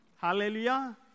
Hallelujah